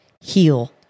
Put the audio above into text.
heal